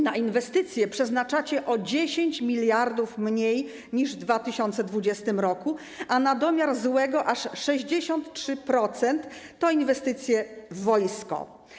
Na inwestycje przeznaczacie o 10 mld mniej niż w 2020 r., a na domiar złego aż 63% to inwestycje w wojsko.